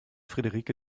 friederike